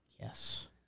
Yes